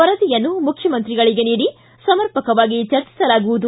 ವರದಿಯನ್ನು ಮುಖ್ಯಮಂತ್ರಿಗಳಗೆ ನೀಡಿ ಸಮರ್ಪಕವಾಗಿ ಚರ್ಚಿಸಲಾಗುವುದು